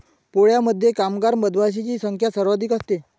पोळ्यामध्ये कामगार मधमाशांची संख्या सर्वाधिक असते